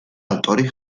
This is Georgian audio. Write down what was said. ავტორი